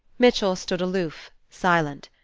mitchell stood aloof, silent.